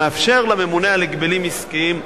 ומאפשר לממונה על ההגבלים העסקיים,